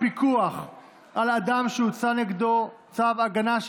פיקוח אלקטרוני על אדם שהוצא כנגדו צו הגנה),